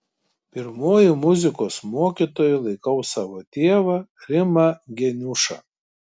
pirmuoju muzikos mokytoju laikau savo tėvą rimą geniušą